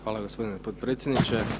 Hvala gospodine potpredsjedniče.